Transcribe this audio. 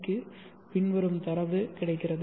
க்கு பின்வரும் தரவு கிடைக்கிறது